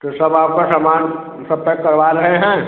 तो सब आपका समान सब पेक करवा रहे हैं